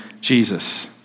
Jesus